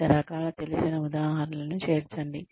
వివిధ రకాల తెలిసిన ఉదాహరణలను చేర్చండి